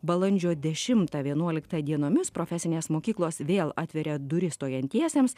balandžio dešimtą vienuoliktą dienomis profesinės mokyklos vėl atveria duris stojantiesiems